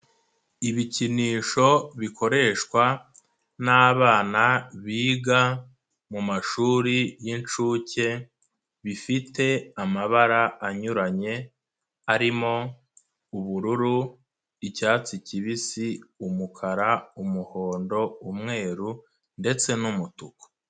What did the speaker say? Ibikinisho bikoreshwa n'abana biga mu mashuri y'inshuke bifite amabara anyuranye arimo ubururu, icyatsi kibisi, umukara, umuhondo, umweru ndetse n'umutuku.